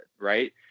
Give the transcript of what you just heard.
Right